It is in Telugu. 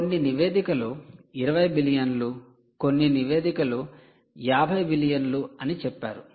కొన్ని నివేదికలు 20 బిలియన్లు కొన్ని నివేదికలు 50 బిలియన్లు అని చెప్పారు